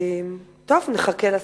טוב, נחכה לשר?